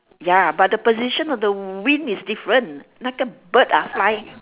ya but the position of the wing is different 那个 bird ah fly